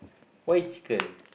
why is chicken